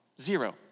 Zero